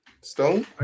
Stone